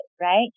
right